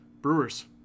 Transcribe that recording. Brewers